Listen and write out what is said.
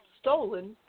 stolen